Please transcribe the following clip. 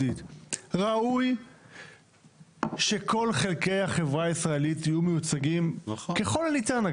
ראוי שכל חלקי החברה הישראלית יהיו מיוצגים ככל הניתן,